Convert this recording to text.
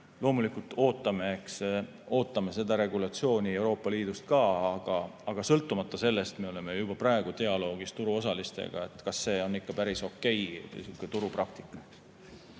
Loomulikult ootame seda regulatsiooni Euroopa Liidust ka, aga sõltumata sellest me oleme juba praegu dialoogis turuosalistega, et kas see on ikka päris okei, niisugune turupraktika.